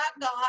God